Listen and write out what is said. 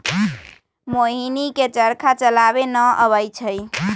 मोहिनी के चरखा चलावे न अबई छई